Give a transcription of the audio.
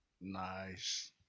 Nice